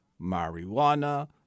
marijuana